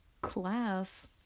class